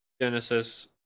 Genesis